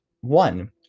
one